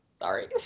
Sorry